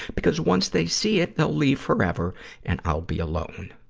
because once they see it, they'll leave forever and i'll be alone.